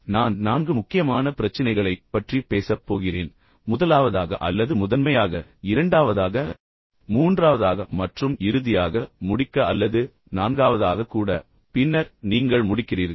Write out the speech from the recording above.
எனவே நான் நான்கு முக்கியமான பிரச்சினைகளைப் பற்றி பேசப் போகிறேன் முதலாவதாக அல்லது முதன்மையாக இரண்டாவதாக மூன்றாவதாக மற்றும் இறுதியாக முடிக்க அல்லது நான்காவதாக கூட பின்னர் நீங்கள் முடிக்கிறீர்கள்